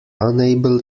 unable